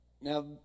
Now